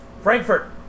Frankfurt